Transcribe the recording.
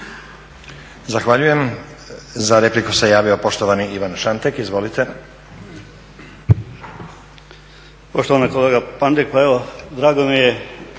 Zahvaljujem. Za repliku se javio poštovani Ivan Šantek, izvolite.